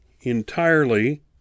entirely